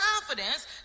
confidence